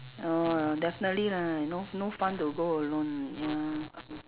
orh definitely lah no no fun to go alone ya